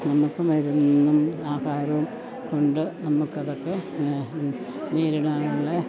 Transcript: നമുക്ക് മരുന്നും ആഹാരവും കൊണ്ട് നമുക്ക് അതൊക്കെ നേരിടാനുള്ള